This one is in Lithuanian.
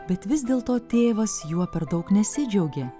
bet vis dėlto tėvas juo per daug nesidžiaugė